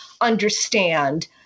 understand